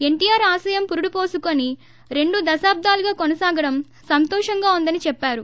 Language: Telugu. ఎన్షీఆర్ ఆశయం పురడు పోసుకోని రెండు దశాబ్దాలుగా కొనసాగడం సంతోషంగా ఉందని చేప్పారు